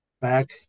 back